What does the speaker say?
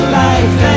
life